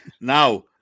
Now